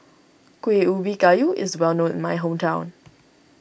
Kuih Ubi Kayu is well known in my hometown